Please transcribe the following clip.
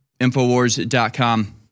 Infowars.com